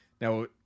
Now